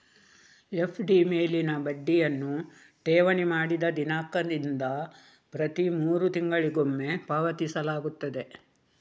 FD ಮೇಲಿನ ಬಡ್ಡಿಯನ್ನು ಠೇವಣಿ ಮಾಡಿದ ದಿನಾಂಕದಿಂದ ಪ್ರತಿ ಮೂರು ತಿಂಗಳಿಗೊಮ್ಮೆ ಪಾವತಿಸಲಾಗುತ್ತದೆ